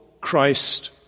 Christ